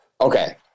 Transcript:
Okay